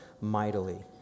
mightily